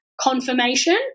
confirmation